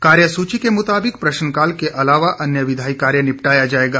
कार्यसूची के मुताबिक प्रश्नकाल के अलावा अन्य विधायी कार्य निपटाया जाएगा